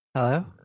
Hello